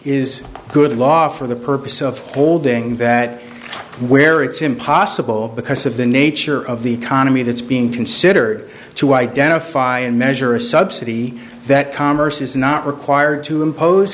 is good law for the purpose of holding that where it's impossible because of the nature of the economy that's being considered to identify and measure a subsidy that commerce is not required to impose